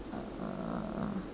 uh